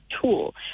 tool